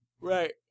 Right